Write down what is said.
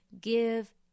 give